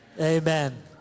amen